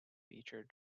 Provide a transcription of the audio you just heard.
feature